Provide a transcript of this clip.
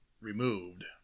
removed